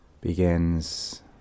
begins